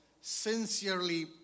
sincerely